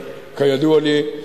כידוע לי,